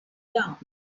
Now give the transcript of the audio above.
down